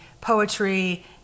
poetry